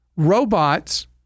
Robots